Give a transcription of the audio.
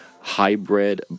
hybrid